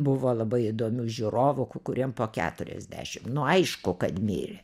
buvo labai įdomių žiūrovų ku kuriem po keturiasdešim nu aišku kad mirė